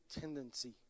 tendency